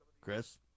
Chris